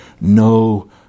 no